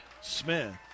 Smith